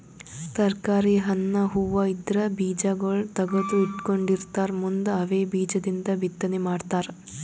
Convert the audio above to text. ತರ್ಕಾರಿ, ಹಣ್ಣ್, ಹೂವಾ ಇದ್ರ್ ಬೀಜಾಗೋಳ್ ತಗದು ಇಟ್ಕೊಂಡಿರತಾರ್ ಮುಂದ್ ಅವೇ ಬೀಜದಿಂದ್ ಬಿತ್ತನೆ ಮಾಡ್ತರ್